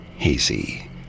hazy